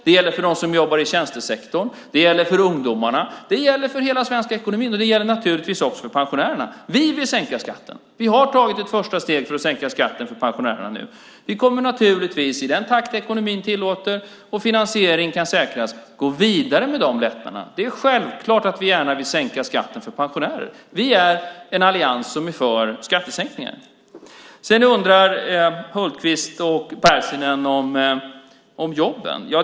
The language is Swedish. Det gäller för dem som jobbar i tjänstesektorn. Det gäller för ungdomarna. Det gäller för hela svenska ekonomin, och det gäller naturligtvis också för pensionärerna. Vi vill sänka skatten. Vi har tagit ett första steg för att sänka skatten för pensionärerna nu. Vi kommer naturligtvis i den takt ekonomin tillåter och finansiering kan säkras att gå vidare med de lättnaderna. Det är självklart att vi gärna vill sänka skatten för pensionärer. Vi är en allians som är för skattesänkningar. Sedan undrar Hultqvist och Pärssinen om jobben.